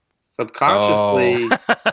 Subconsciously